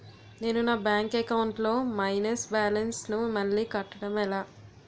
నేను నా bank account లొ మైనస్ బాలన్స్ ను మళ్ళీ కట్టడం ఎలా?